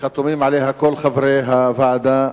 וחתומים עליה כל חברי הוועדה,